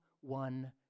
one